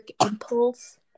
impulse